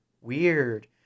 Weird